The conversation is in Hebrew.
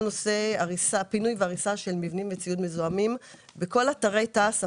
נושא פינוי והריסה של מבנים וציוד מזהמים בכל אתרי תע"ש הפעילים.